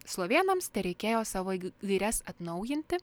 slovėnams tereikėjo savo g gaires atnaujinti